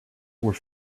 were